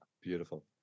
Beautiful